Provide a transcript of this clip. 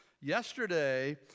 yesterday